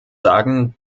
sagen